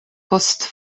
post